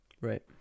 right